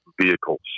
vehicles